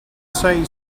say